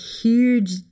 huge